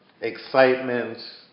excitement